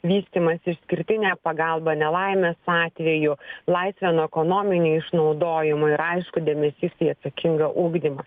vystymąsi išskirtinę pagalbą nelaimės atveju laisvę nuo ekonominio išnaudojimo ir aišku dėmesys į atsakingą ugdymą